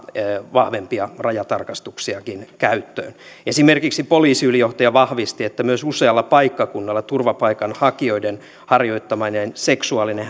vahvempia rajatarkastuksiakin käyttöön esimerkiksi poliisiylijohtaja vahvisti että myös usealla paikkakunnalla turvapaikanhakijoiden harjoittama seksuaalinen